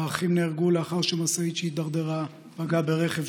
האחים נהרגו לאחר שמשאית שהידרדרה פגעה ברכב,